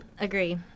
agree